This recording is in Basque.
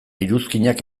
iruzkinak